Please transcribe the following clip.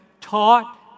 taught